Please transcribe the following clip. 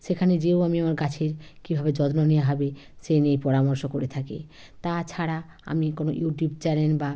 সেখানে যেয়েও আমি আমার গাছের কীভাবে যত্ন নেওয়া হবে সেই নিয়ে পরামর্শ করে থাকি তাছাড়া আমি কোনও ইউটিউব চ্যানেল বা